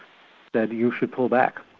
that you should pull back.